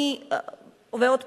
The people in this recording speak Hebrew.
ועוד פעם,